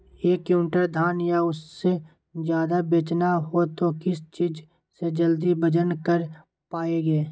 एक क्विंटल धान या उससे ज्यादा बेचना हो तो किस चीज से जल्दी वजन कर पायेंगे?